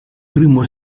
primo